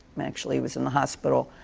actually, was in the hospital.